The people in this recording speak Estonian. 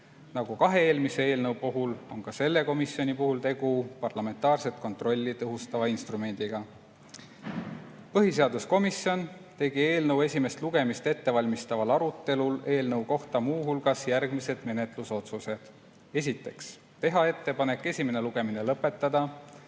Nagu kahe eelmise eelnõu puhul, on ka selle komisjoni puhul tegu parlamentaarset kontrolli tõhustava instrumendiga. Põhiseaduskomisjon tegi eelnõu esimest lugemist ette valmistaval arutelul eelnõu kohta muu hulgas järgmised menetlusotsused. Esiteks, teha ettepanek esimene lugemine lõpetada.